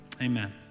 amen